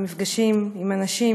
במפגשים עם אנשים,